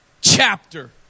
chapter